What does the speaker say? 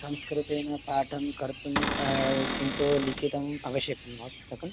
संस्कृतेन पाठं कर्तुं किन्तु लिखितम् आवश्यकं वा पुस्तकं